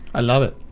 i love it.